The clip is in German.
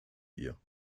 ihr